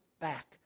back